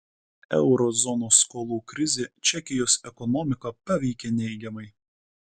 euro zonos skolų krizė čekijos ekonomiką paveikė neigiamai